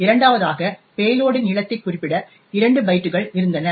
இரண்டாவதாக பேலோடின் நீளத்தைக் குறிப்பிட 2 பைட்டுகள் இருந்தன